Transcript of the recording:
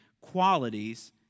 qualities